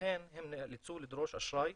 לכן הם נאלצו לדרוש אשראי